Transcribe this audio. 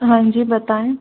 हांजी बताऍं